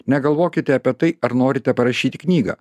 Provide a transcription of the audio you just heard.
negalvokite apie tai ar norite parašyti knygą